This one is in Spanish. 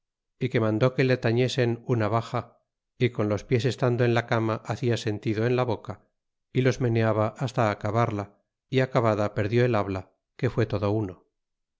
y que mandó que le lañasen una baxa y con los pies estando en la cama hacia sentido en la boca y los meneaba hasta acabarla y acabada perdió el habla que fué todo uno